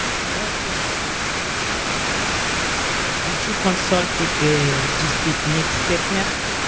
in working on this book new york city did you consult with the district needs statement?